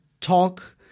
talk